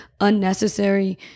unnecessary